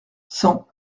cent